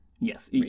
Yes